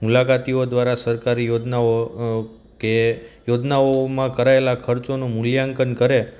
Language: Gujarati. મુલાકાતીઓ દ્વારા સરકારી યોજનાઓ કે યોજનાઓમાં કરાયેલા ખર્ચોનું મૂલ્યાંકન કરે